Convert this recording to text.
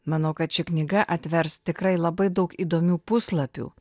manau kad ši knyga atvers tikrai labai daug įdomių puslapių